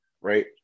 right